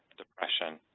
depression,